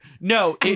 No